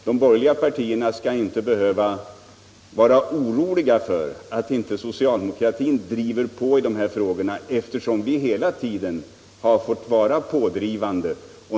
De borgerliga partierna skall, som sagt, inte behöva vara oroliga för att inte regeringen driver på i dessa frågor, eftersom vi hela tiden har varit pådrivande.